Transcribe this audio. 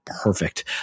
perfect